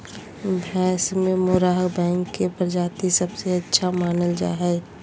भैंस में मुर्राह भैंस के प्रजाति सबसे अच्छा मानल जा हइ